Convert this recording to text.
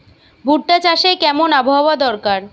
ভুট্টা চাষে কেমন আবহাওয়া দরকার?